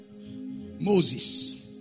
Moses